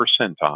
percentile